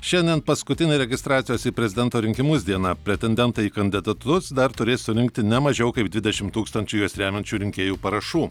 šiandien paskutinė registracijos į prezidento rinkimus diena pretendentai į kandidatus dar turės surinkti ne mažiau kaip dvidešimt tūkstančių juos remiančių rinkėjų parašų